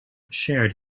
shared